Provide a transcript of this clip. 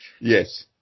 Yes